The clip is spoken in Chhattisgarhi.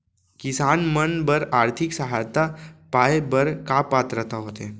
किसान मन बर आर्थिक सहायता पाय बर का पात्रता होथे?